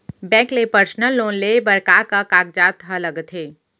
Bank ले personal loan लेये बर का का कागजात ह लगथे?